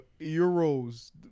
euros